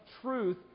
truth